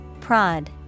Prod